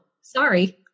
sorry